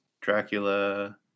Dracula